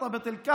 להלן